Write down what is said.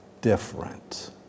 different